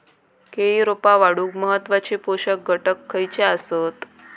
केळी रोपा वाढूक महत्वाचे पोषक घटक खयचे आसत?